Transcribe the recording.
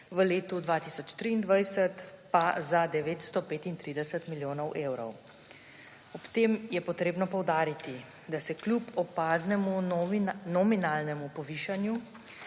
v letu 2023 pa za 935 milijonov evrov. Ob tem je potrebno poudariti, da se kljub opaznemu nominalnemu povišanju